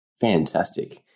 Fantastic